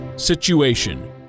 Situation